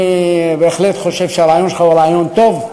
אני בהחלט חושב שהרעיון שלך הוא רעיון טוב.